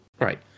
right